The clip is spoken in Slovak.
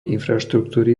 infraštruktúry